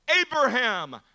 Abraham